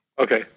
Okay